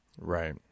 right